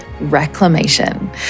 Reclamation